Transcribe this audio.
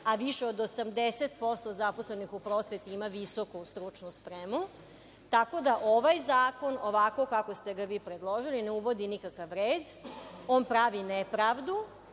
a viša od 80% zaposlenih u prosveti ima visoku stručnu spremu. Tako da, ovaj zakona, ovako kako ste ga vi predložili, ne uvodi nikakav red, on pravi nepravdu